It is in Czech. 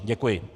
Děkuji.